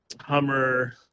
hummer